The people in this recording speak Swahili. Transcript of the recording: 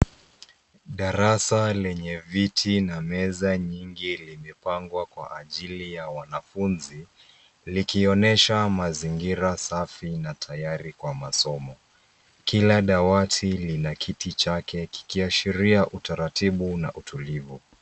Darasa lenye meza na viti vingi limepangwa kwa ajili ya wanafunzi , likionyesha mazingira safi na tayari kwa masomo. Kila dawati lina kiti chake kikiashiria utaratibu na utulivu.